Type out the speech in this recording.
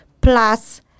Plus